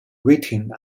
written